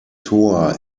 tor